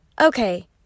Okay